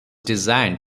designed